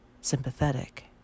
sympathetic